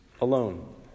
alone